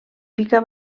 pica